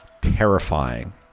terrifying